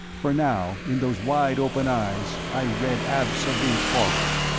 for now, in those wide-open eyes, i read absolute horror.